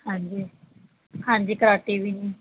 ਹਾਂਜੀ ਹਾਂਜੀ ਕਰਾਟੇ ਵੀ ਨੇ